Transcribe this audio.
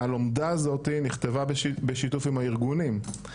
שהלומדה הזאתי נכתבה בשיתוף עם הארגונים.